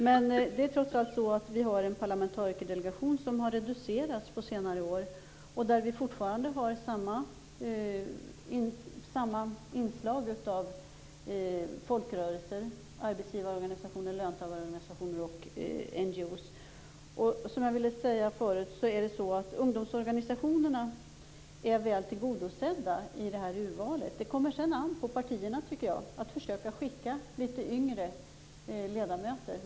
Men vår parlamentarikerdelegation har reducerats på senare år, och vi har fortfarande samma inslag av folkrörelser: arbetsgivarorganisationer, löntagarorganisationer och NGO. Ungdomsorganisationerna är väl tillgodosedda i urvalet. Det kommer sedan an på partierna att försöka skicka litet yngre ledamöter.